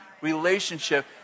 relationship